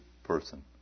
person